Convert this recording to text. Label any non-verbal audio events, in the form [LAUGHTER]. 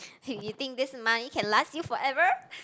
[LAUGHS] you think this money can last you forever